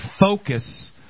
focus